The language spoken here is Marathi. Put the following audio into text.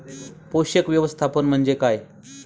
पोषक व्यवस्थापन म्हणजे काय?